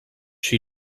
she